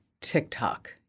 TikTok